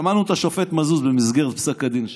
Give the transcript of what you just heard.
שמענו את השופט מזוז מנמק במסגרת פסק הדין שלו.